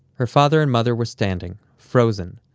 her father and mother were standing, frozen,